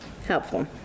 helpful